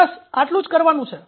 બસ આટલું કરવાનું જ છે